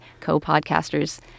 co-podcasters